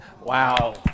Wow